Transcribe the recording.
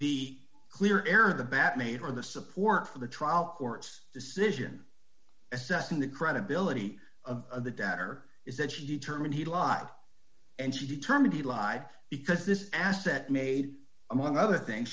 be clear air the bat made her the support for the trial court's decision assessing the credibility of the debtor is that she determined he lived and she determined he lied because this asset made among other things